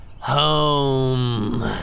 Home